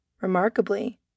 remarkably